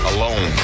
Alone